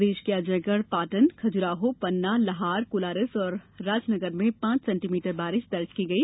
प्रदेश के अजयगढ़ पाटन खजुराहो पन्ना लहार कोलारस और राजनगर में पांच सेण्टीमीटर वारिश दर्ज की गई